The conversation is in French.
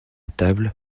table